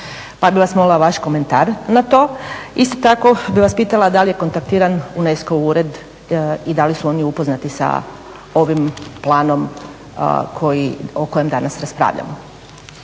pa bih vas molila vaš komentar na to. Isto tako bih vas pitala da li je kontaktiran UNESCO-ov ured i da li su oni upoznati sa ovim planom o kojem danas raspravljamo.